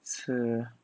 是